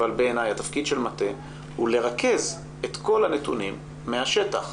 התפקיד של מטה הוא לרכז את כל הנתונים מהשטח.